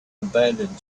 abandoned